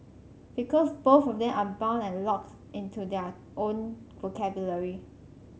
because both of them are bound and locked into their own vocabulary